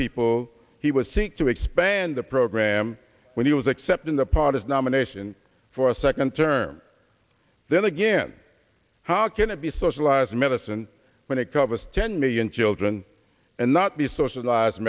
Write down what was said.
people he was seen to expand the program when he was accepting the party's nomination for a second term then again how can it be socialized medicine when it covers ten million children and not be socialized